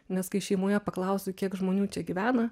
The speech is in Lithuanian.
nes kai šeimoje paklausiau kiek žmonių čia gyvena